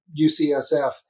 UCSF